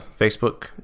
Facebook